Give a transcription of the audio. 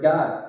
God